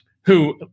who-